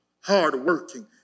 hardworking